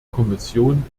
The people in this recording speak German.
kommission